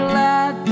let